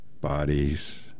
bodies